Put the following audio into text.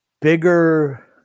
bigger